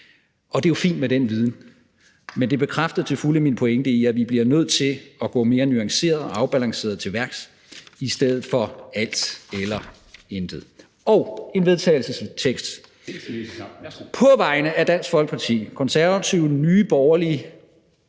Og det er fint med den viden, men det bekræfter til fulde min pointe om, at vi bliver nødt til at gå mere nuanceret og afbalanceret til værks, i stedet for det bliver alt eller intet. Så har jeg en vedtagelsestekst på vegne af Dansk Folkeparti, Det Konservative Folkeparti,